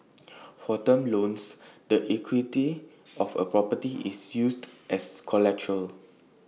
for term loans the equity of A property is used as collateral